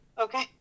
okay